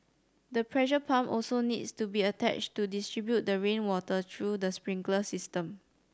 the pressure pump also needs to be attached to distribute the rainwater through the sprinkler system